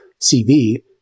CV